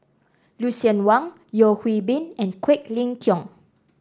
Lucien Wang Yeo Hwee Bin and Quek Ling Kiong